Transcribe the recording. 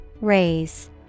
Raise